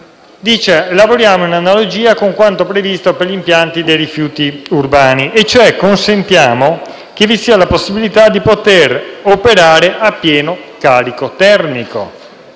di lavorare in analogia con quanto previsto per gli impianti dei rifiuti urbani, ossia consentendo che vi sia la possibilità di operare a pieno carico termico